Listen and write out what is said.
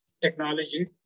technology